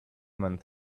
months